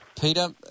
Peter